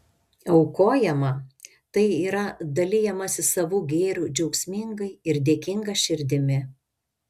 aukojama tai yra dalijamasi savu gėriu džiaugsmingai ir dėkinga širdimi